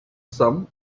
some